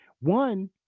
One